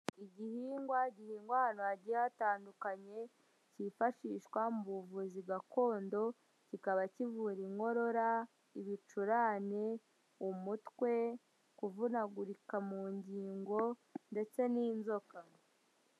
Igihingwa gihingwa ahantu hagiye hatandukanye, cyifashishwa mu buvuzi gakondo, kikaba kivura inkorora, ibicurane, umutwe, kuvunagurika mu ngingo ndetse n'inzoka.